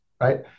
right